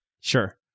Sure